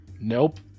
Nope